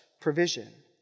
provision